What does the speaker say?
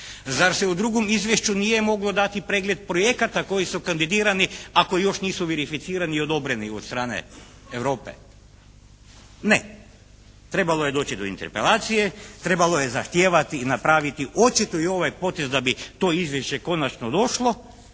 Zar se u drugom izvješću nije mogao dati pregled projekata koji su kandidirani ako još nisu verificirani i odobreni od strane Europe? Ne. Trebalo je doći do interpelacije, trebalo je zahtijevati i napraviti očito i ovaj potez da bi to izvješće konačno došlo,